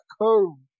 home